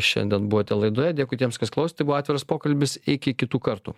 šiandien buvote laidoje dėkui tiems kas klausė tai buvo atviras pokalbis iki kitų kartų